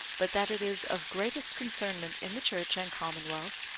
but that it is of greatest concernment in the church and commonwealth,